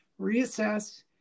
reassess